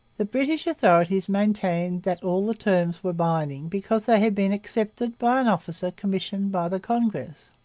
the british authorities maintained that all the terms were binding because they had been accepted by an officer commissioned by the congress.